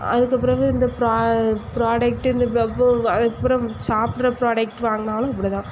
அதுக்கு பிறகு இந்த ப்ரா ப்ராடக்ட்டு இந்த அதுக்கப்புறம் சாப்பிட்ற ப்ராடக்ட் வாங்கினாலும் அப்படி தான்